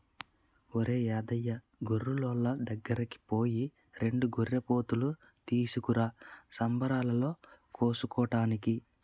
ఒరేయ్ యాదయ్య గొర్రులోళ్ళ దగ్గరికి పోయి రెండు గొర్రెపోతులు తీసుకురా సంబరాలలో కోసుకోటానికి